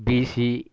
PC